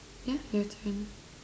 yeah your turn